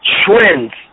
Trends